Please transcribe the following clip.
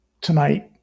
tonight